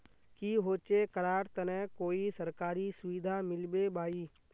की होचे करार तने कोई सरकारी सुविधा मिलबे बाई?